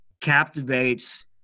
captivates